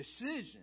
decision